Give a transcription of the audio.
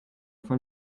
von